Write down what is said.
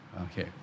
okay